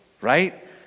right